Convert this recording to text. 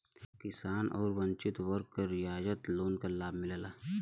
किसान आउर वंचित वर्ग क रियायत लोन क लाभ मिलला